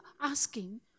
asking